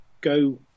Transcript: go